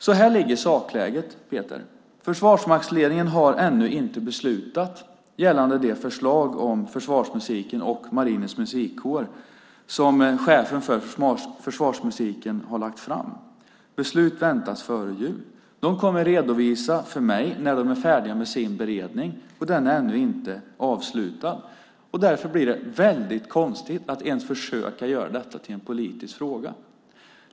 Så här är sakläget, Peter: Försvarsmaktsledningen har ännu inte beslutat gällande det förslag om försvarsmusiken och Marinens musikkår som chefen för försvarsmusiken har lagt fram. Beslut väntas före jul. De kommer att redovisa för mig när de är färdiga med sin beredning. Den är ännu inte avslutad. Därför blir det väldigt konstigt att ens försöka göra detta till en politisk fråga.